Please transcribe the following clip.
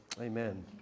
Amen